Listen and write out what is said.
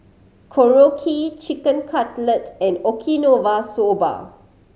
Korokke Chicken Cutlet and Okinawa Soba